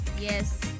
Yes